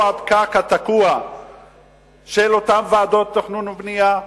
הפקק התקוע של אותן ועדות תכנון ובנייה,